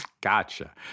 Gotcha